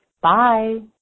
Bye